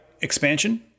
expansion